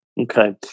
Okay